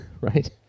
right